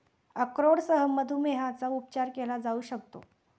अक्रोडसह मधुमेहाचा उपचार केला जाऊ शकतो